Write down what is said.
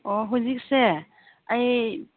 ꯑꯣ ꯍꯧꯖꯤꯛꯁꯦ ꯑꯩ